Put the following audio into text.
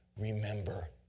remember